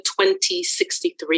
2063